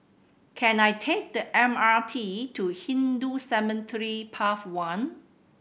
can I take the M R T to Hindu Cemetery Path One